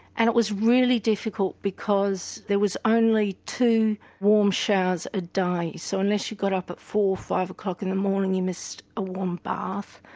and it was really difficult because there was only two warm showers a day so unless you got up at four or five o'clock in the morning you missed a warm bath.